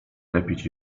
lepić